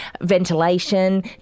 ventilation